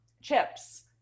chips